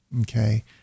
Okay